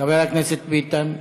חבר הכנסת ביטן.